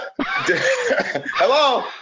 hello